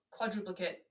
quadruplicate